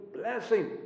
blessing